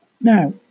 Now